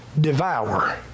devour